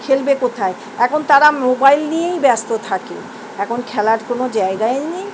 খেলবে কোথায় এখন তারা মোবাইল নিয়েই ব্যস্ত থাকে এখন খেলার কোনো জায়গাই নেই